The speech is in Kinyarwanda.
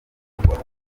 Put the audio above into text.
bikorwa